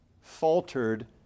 faltered